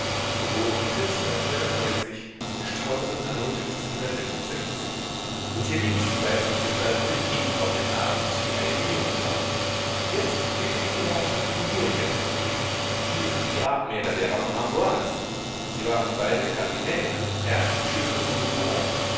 geboren gestorben anno und hier links die weibliche gestalt mit dem kind auf dem arm ist die heilige jungfrau jetzt bitte ich die herrschaften hierher zu sehen hier sind die grabmäler derer von amboise sie waren beide kardinäle und erzbischöfe von rouen